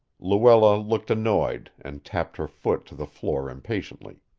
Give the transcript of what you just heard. luella looked annoyed, and tapped her foot to the floor impatiently.